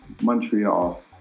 montreal